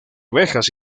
ovejas